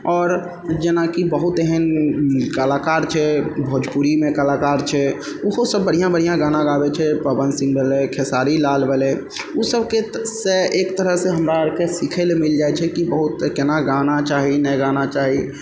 आओर जेनाकि बहुत एहन कलाकार छै भोजपुरीमे कलाकार छै ओहो सब बढ़िआँ बढ़िआँ गाना गाबै छै पवन सिंह भेलै खेसारी लाल भेलै ओ सबके एक तरहसँ हमरा आओरके सिखै लए मिलि जाइ छै कि बहुत कोना गाना चाही नहि गाना चाही